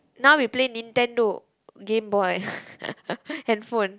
now we play Nintendo gameboy handphone